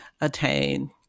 attain